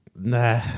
nah